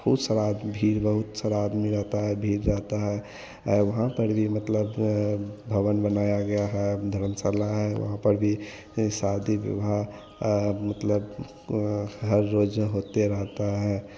बहुत सारा आदमी भीड़ बहुत सारा आदमी रहता है भीड़ रहता है वहाँ पर भी मतलब भवन बनाया गया है धर्मशाला है वहाँ पर भी शादी विवाह मतलब हर रोज़ होते रहता है